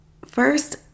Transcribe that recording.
First